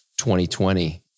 2020